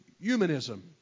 humanism